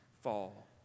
fall